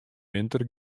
winter